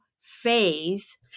phase